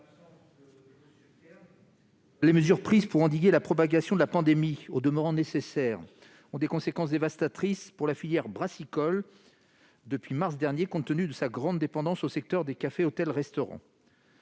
Les mesures prises pour endiguer la propagation de la pandémie, au demeurant nécessaires, emportent des conséquences dévastatrices pour la filière brassicole depuis mars dernier, compte tenu de la grande dépendance de celle-ci aux secteurs des cafés, hôtels et restaurants.